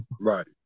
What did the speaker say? Right